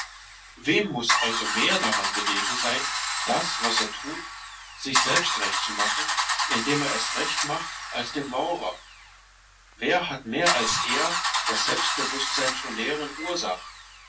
wem muß also mehr daran gelegen sein das was er tut sich selbst recht zu machen indem er es recht macht als dem maurer wer hat mehr als er das selbstbewußtsein zu nähren ursach